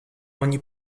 ogni